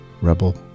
Rebel